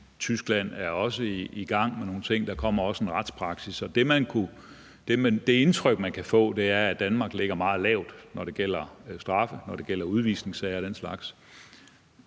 Tyskland er også i gang med nogle ting, og der kommer også en retspraksis. Det indtryk, man kan få, er, at Danmark ligger meget lavt, når det gælder straffe, og når det gælder udvisningsager og den slags.